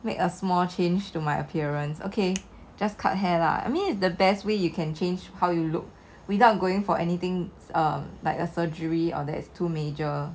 make a small change to my appearance okay just cut hair lah I mean it's the best way you can change how you look without going for anything uh like a surgery or that is too major